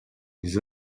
des